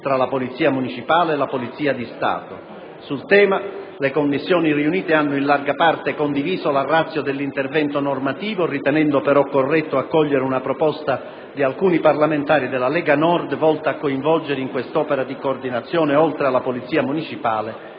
tra la polizia municipale e la polizia di Stato. Sul tema le Commissioni riunite hanno in larga parte condiviso la *ratio* dell'intervento normativo, ritenendo però corretto accogliere una proposta di alcuni parlamentari della Lega Nord, volta a coinvolgere in quest'opera di coordinamento, oltre alla polizia municipale,